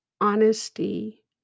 honesty